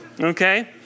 Okay